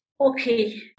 Okay